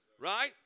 Right